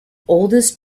oldest